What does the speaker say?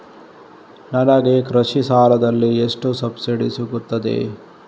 ನನಗೆ ಕೃಷಿ ಸಾಲದಲ್ಲಿ ಎಷ್ಟು ಸಬ್ಸಿಡಿ ಸೀಗುತ್ತದೆ?